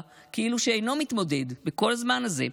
כאילו שאינו מתמודד בכל הזמן הזה,